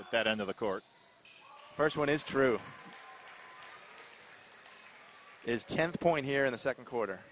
at that end of the court first one is through is ten point here in the second quarter